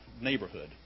neighborhood